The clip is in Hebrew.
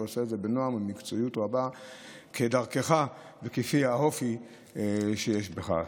אתה עושה את זה בנועם ובמקצועיות רבה כדרכך וכפי האופי שיש בך.